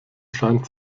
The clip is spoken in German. scheint